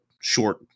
short